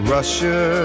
Russia